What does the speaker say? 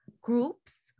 groups